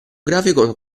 grafico